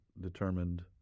determined